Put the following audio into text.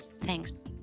Thanks